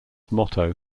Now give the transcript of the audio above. moto